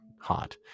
hot